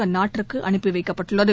அந்நாட்டிற்கு அனுப்பி வைக்கப்பட்டுள்ளது